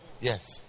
Yes